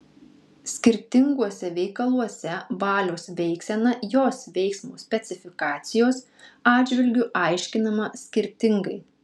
skirtinguose veikaluose valios veiksena jos veiksmo specifikacijos atžvilgiu aiškinama skirtingai